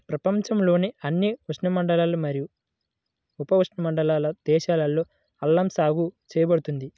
ప్రపంచంలోని అన్ని ఉష్ణమండల మరియు ఉపఉష్ణమండల దేశాలలో అల్లం సాగు చేయబడుతుంది